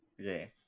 Okay